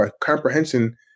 comprehension